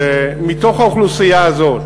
שמתוך האוכלוסייה הזאת,